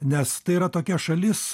nes tai yra tokia šalis